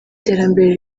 terambere